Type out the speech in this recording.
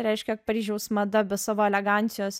reiškia paryžiaus mada be savo elegancijos